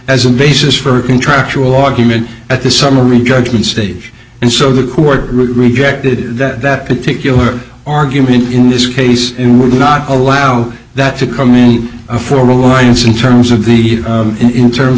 as a basis for contractual argument at the summary judgment stage and so the court rejected that that particular argument in this case and would not allow that to come in a formal alliance in terms of the need in terms